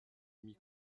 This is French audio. ami